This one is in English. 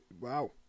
wow